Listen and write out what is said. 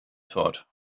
thought